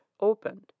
opened